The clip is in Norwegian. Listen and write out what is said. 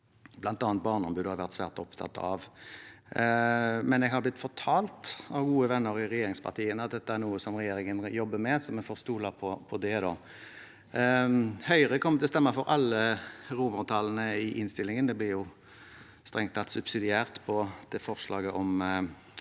bl.a. Barneombudet har vært svært opptatt av, men jeg har blitt fortalt av gode venner i regjeringspartiene at dette er noe som regjeringen jobber med, så vi får stole på det. Høyre kommer til å stemme for alle romertallene i innstillingen. Det blir jo strengt tatt subsidiært på det forslaget om dette